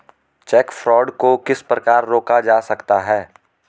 Check fraud को किस प्रकार रोका जा सकता है?